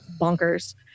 bonkers